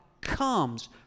comes